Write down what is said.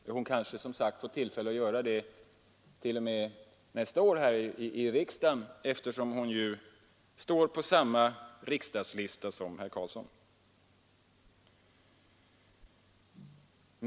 Han kanske t.o.m., som sagt, själv får tillfälle att göra det nästa år här i riksdagen eftersom hon ju står upptagen på samma riksdagslista som herr Carlsson.